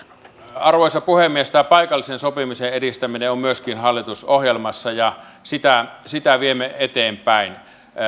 arvoisa puhemies tämä paikallisen sopimisen edistäminen on myöskin hallitusohjelmassa ja sitä sitä viemme eteenpäin